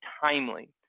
timely